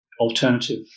alternative